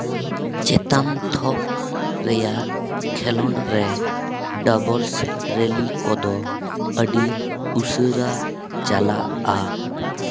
ᱪᱮᱛᱟᱱ ᱛᱷᱚᱠ ᱨᱮᱭᱟᱜ ᱠᱷᱮᱞᱚᱱᱰ ᱨᱮ ᱰᱚᱵᱚᱞ ᱨᱮᱞᱤ ᱠᱚᱫᱚ ᱟᱹᱰᱤ ᱩᱥᱟᱹᱨᱟ ᱪᱟᱞᱟᱜᱼᱟ